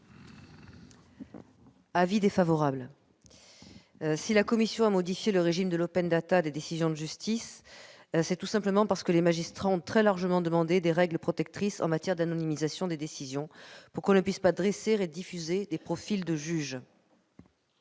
est défavorable. Si la commission a modifié le régime de l'des décisions de justice, c'est tout simplement parce que les magistrats ont très largement demandé des règles protectrices en matière d'anonymisation des décisions, pour que l'on ne puisse pas dresser et diffuser des profils de juges.